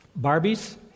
Barbies